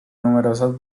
numerosas